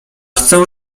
chcę